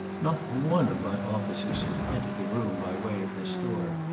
not one of my officers has entered the room by way of this door.